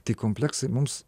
tai kompleksai mums